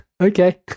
okay